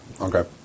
Okay